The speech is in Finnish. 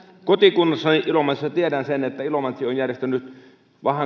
kotikunnassani ilomantsissa on niin tiedän sen että ilomantsi on järjestänyt